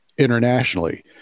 Internationally